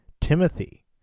Timothy